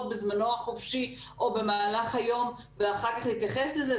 בזמנו החופשי או במהלך היום ואחר כך להתייחס לזה,